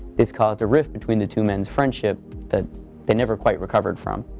this caused a rift between the two men's friendship that they never quite recovered from.